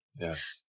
yes